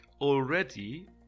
already